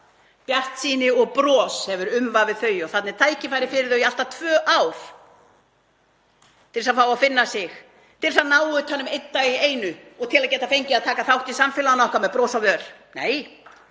bjartsýni og bros hefur umvafið þau og þarna er tækifæri fyrir þau í allt að tvö ár til þess að fá að finna sig, til þess að ná utan um einn dag í einu og til að geta fengið að taka þátt í samfélaginu okkar með bros á vör. Nei,